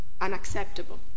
unacceptable